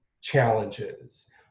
challenges